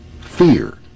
Fear